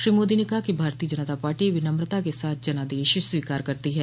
श्री मोदी ने कहा कि भारतीय जनता पार्टी विनमृता के साथ जनादेश स्वीकार करती है